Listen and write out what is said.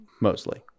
mostly